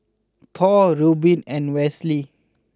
Thor Reubin and Westley